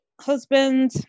husband